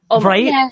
Right